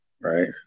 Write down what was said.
right